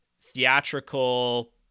theatrical